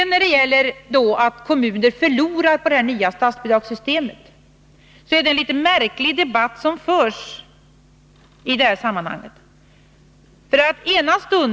När det gäller talet om att kommuner förlorar på det nya statsbidragssystemet är det en litet märklig debatt som förs i detta sammanhang.